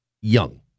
young